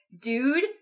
dude